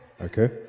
Okay